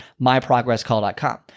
myprogresscall.com